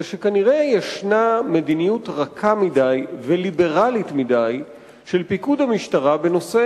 זה שכנראה יש מדיניות רכה מדי וליברלית מדי של פיקוד המשטרה בנושא